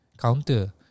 counter